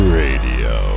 radio